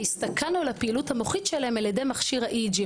הסתכלנו על הפעילות המוחית שלהם על-ידי מכשיר ה-EG.